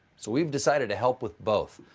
so we've decided to help with both.